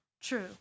true